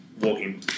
walking